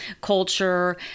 culture